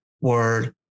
word